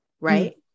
right